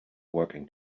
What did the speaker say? working